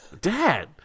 Dad